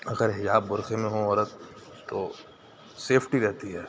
اگر حجاب برقعے میں ہو عورت تو سیفٹی رہتی ہے